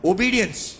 Obedience